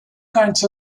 kinds